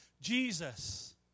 Jesus